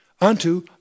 unto